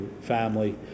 family